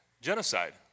Genocide